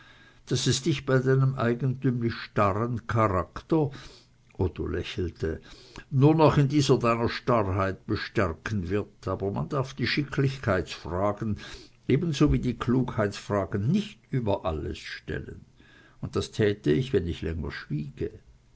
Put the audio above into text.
daß es dich bei deinem eigentümlich starren charakter otto lächelte nur noch in dieser deiner starrheit bestärken wird aber man darf die schicklichkeitsfragen ebenso wie die klugheitsfragen nicht über alles stellen und das täte ich wenn ich länger schwiege